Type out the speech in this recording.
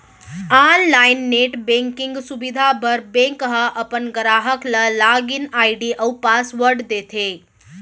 online net banking सुबिधा बर bank ह अपन गराहक ल लॉगिन आईडी अउ पासवर्ड देथे